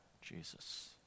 Jesus